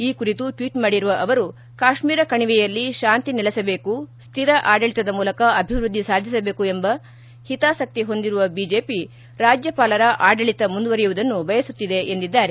ಈ ಕುರಿತು ಟ್ವೀಟ್ ಮಾಡಿರುವ ಅವರು ಕಾಶ್ಮೀರ ಕಣಿವೆಯಲ್ಲಿ ಶಾಂತಿ ನೆಲೆಸಬೇಕು ಸ್ಥಿರ ಆಡಳಿತದ ಮೂಲಕ ಅಭಿವೃದ್ಧಿ ಸಾಧಿಸಬೇಕು ಎಂಬ ಹಿತಾಸಕ್ತಿ ಹೊಂದಿರುವ ಬಿಜೆಪಿ ರಾಜ್ಯಪಾಲರ ಆಡಳಿತ ಮುಂದುವರೆಯುವುದನ್ನು ಬಯಸುತ್ತಿದೆ ಎಂದಿದ್ದಾರೆ